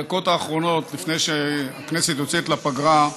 בדקות האחרונות לפני שהכנסת יוצאת לפגרה,